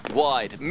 wide